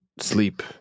sleep